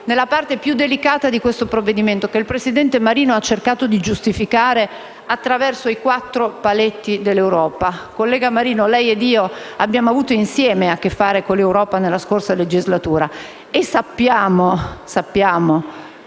nella parte più delicata di questo provvedimento che il presidente Marino ha cercato di giustificare attraverso i quattro paletti dell'Europa. Collega Marino, lei ed io insieme abbiamo avuto a che fare con l'Europa nella scorsa legislatura, e sappiamo che